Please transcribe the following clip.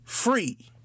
Free